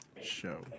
show